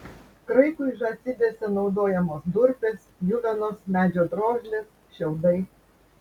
kraikui žąsidėse naudojamos durpės pjuvenos medžio drožlės šiaudai